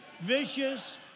vicious